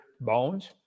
bones